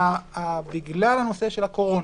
בגלל הנושא של הקורונה,